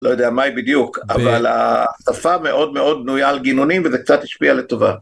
לא יודע מה היא בדיוק, אבל השפה מאוד מאוד בנויה על גינונים וזה קצת השפיע לטובה.